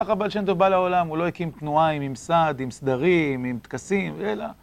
ככה הבעל שם טוב בא לעולם, הוא לא הקים תנועה עם ממסד, עם סדרים, עם טקסים, אלא...